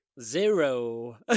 Zero